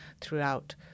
throughout